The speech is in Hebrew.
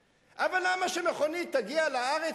באמת יכול להביא תפיסה אחרת,